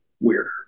weirder